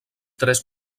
tres